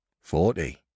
Forty